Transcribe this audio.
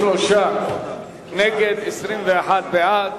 43 נגד, 21 בעד.